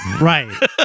Right